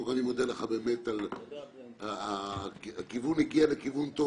הדיון מגיע לכיוון טוב,